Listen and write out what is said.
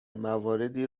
مواردی